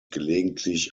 gelegentlich